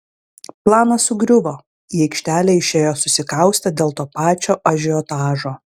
planas sugriuvo į aikštelę išėjo susikaustę dėl to pačio ažiotažo